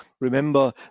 remember